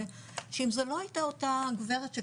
שאם זה לא אותה גב' שכתבה,